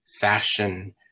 fashion